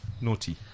naughty